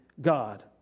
God